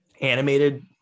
animated